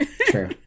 True